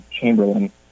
Chamberlain